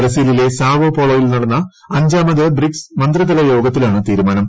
ബ്രസീലിലെസാവോ പോളോയിൽ നടന്ന അഞ്ചാമത് ബ്രിക്സ് മന്ത്രിതലയോഗത്തിലാണ് തീരുമാനം